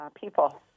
People